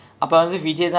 ya vijay top lah